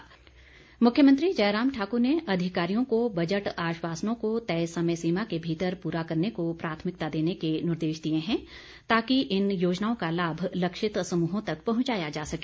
जयराम मुख्यमंत्री जयराम ठाक्र ने अधिकारियों को बजट आश्वासनों को तय समय सीमा के भीतर पूरा करने को प्राथमिकता देने के निर्देश दिए हैं ताकि इन योजनाओं का लाभ लक्षित समृहों तक पहंचाया जा सके